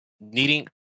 needing